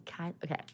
okay